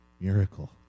miracle